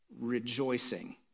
rejoicing